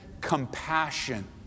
compassion